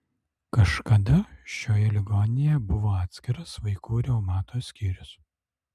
kažkada šioje ligoninėje buvo atskiras vaikų reumato skyrius